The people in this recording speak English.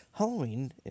Halloween